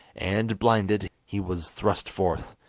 and, blinded, he was thrust forth,